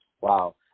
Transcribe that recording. Wow